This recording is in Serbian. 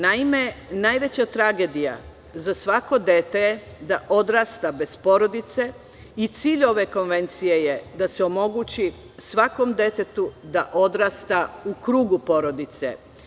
Naime, najveća tragedija za svako dete je da odrasta bez porodice i cilj ove konvencije je da se omogući svakom detetu da odrasta u krugu porodice.